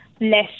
less